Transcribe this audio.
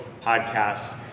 podcast